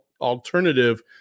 alternative